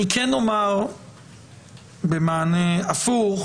אני כן אומר במענה הפוך,